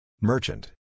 Merchant